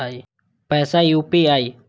पैसा यू.पी.आई?